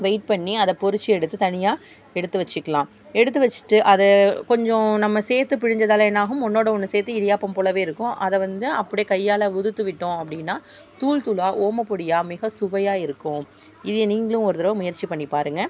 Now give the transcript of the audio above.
wait பண்ணி அதை பொரிச்சி எடுத்து தனியாக எடுத்து வச்சுக்கலாம் எடுத்து வச்சுட்டு அதை கொஞ்சம் நம்ம சேர்த்து பிழிஞ்சாதால என்ன ஆகும் ஒன்றோட ஒன்று சேர்த்து இடியாப்பம் போலவே இருக்கும் அதை வந்து அப்படியே கையால் உதித்துவிட்டோம் அப்படின்னா தூள்தூளாக ஓமப்பொடியாக மிக சுவையாக இருக்கும் இதை நீங்களும் ஒரு தடவ முயற்சி பண்ணி பாருங்கள்